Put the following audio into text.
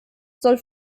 soll